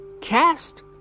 cast